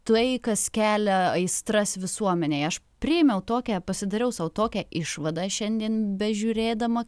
tai kas kelia aistras visuomenėje aš priėmiau tokią pasidariau sau tokią išvadą šiandien bežiūrėdama